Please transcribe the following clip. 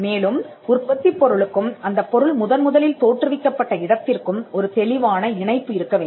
மேலும் உற்பத்திப் பொருளுக்கும்அந்தப் பொருள் முதன் முதலில் தோற்றுவிக்கப்பட்ட இடத்திற்கும் ஒரு தெளிவான இணைப்பு இருக்க வேண்டும்